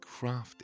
crafted